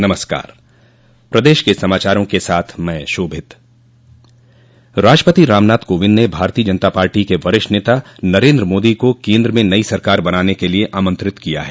नमस्कार प्रदेश के समाचारों क साथ मैं शोभित राष्ट्रपति रामनाथ कोविंद ने भारतीय जनता पार्टी के वरिष्ठ नेता नरेन्द्र मोदी को केन्द्र में नई सरकार बनाने के लिए आमंत्रित किया है